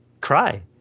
cry